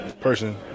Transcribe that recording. person